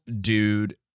dude